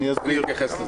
אני אתייחס לזה.